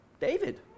David